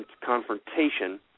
confrontation